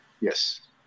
Yes